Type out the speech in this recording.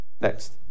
Next